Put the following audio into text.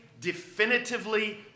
definitively